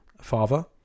Father